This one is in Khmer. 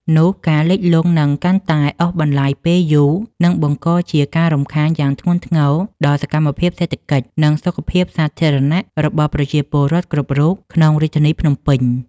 នោះការលិចលង់នឹងកាន់តែអូសបន្លាយពេលយូរ និងបង្កជាការរំខានយ៉ាងធ្ងន់ធ្ងរដល់សកម្មភាពសេដ្ឋកិច្ច និងសុខភាពសាធារណៈរបស់ប្រជាពលរដ្ឋគ្រប់រូបក្នុងរាជធានីភ្នំពេញ។